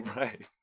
right